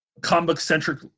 comic-centric